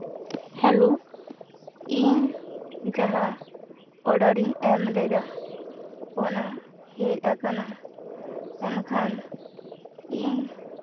hello ᱤᱧ ᱡᱟᱦᱟᱸ ᱚᱰᱟᱨᱤᱧ ᱮᱢ ᱞᱮᱫᱟ ᱚᱱᱟ ᱦᱮᱡ ᱠᱟᱱᱟ ᱢᱮᱱᱠᱷᱟᱱ ᱤᱧ